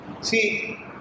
See